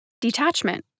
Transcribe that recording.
detachment